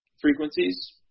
frequencies